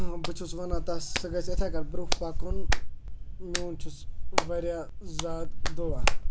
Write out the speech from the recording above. بہٕ چھُس وَنان تَس سُہ گژھِ یِتھَے کٔنۍ برٛونٛہہ پَکُن میون چھُس واریاہ زیادٕ دُعا